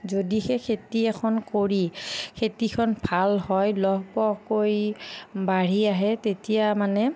যদিহে খেতি এখন কৰি খেতিখন ভাল হয় লহপহকৈ বাঢ়ি আহে তেতিয়া মানে